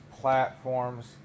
platforms